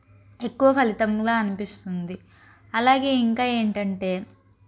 ఎక్కువ ఫలితంగా అనిపిస్తుంది అలాగే ఇంకా ఏంటంటే